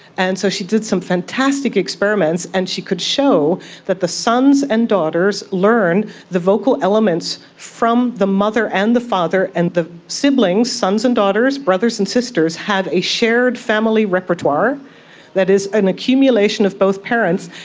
and so she had some fantastic experiments and she could show that the sons and daughters learn the vocal elements from the mother and the father, and the siblings, sons and daughters, brothers and sisters, have a shared family repertoire that is an accumulation of both parents,